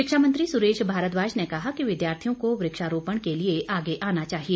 शिक्षा मंत्री सुरेश भारद्वाज ने कहा कि विद्यार्थियों को वृक्षारोपण के लिए आगे आना चाहिए